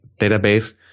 database